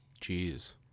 Jeez